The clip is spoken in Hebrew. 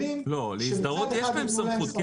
כלים שמצד אחד יתנו להם סמכות,